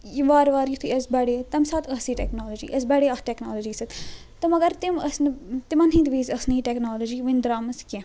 وارٕ وار یُتھُے أسۍ بَڑے تَمہِ ساتہٕ ٲس یہِ ٹیٚکنالوجی أسۍ بڑھیے اَتھ ٹیٚکنالوجی سۭتۍ تہٕ مگر تِم ٲسۍ نہٕ تِمن ہنٛدۍ وزۍ ٲسۍ نہٕ یہِ ٹیٚکنالوجی وُنہ درٛامٕژ کیٚنٛہہ